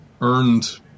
earned